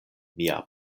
mia